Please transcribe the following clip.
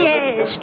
Yes